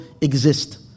exist